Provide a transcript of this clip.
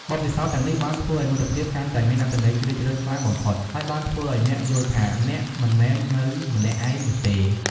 បទពិសោធន៍ទាំងនេះបានធ្វើឱ្យមិត្តភាពកាន់តែមានអត្ថន័យជ្រាលជ្រៅខ្លាំងបំផុត ហើយបានធ្វើឱ្យអ្នកយល់ថា អ្នកមិនមែននៅម្នាក់ឯងនោះទេ។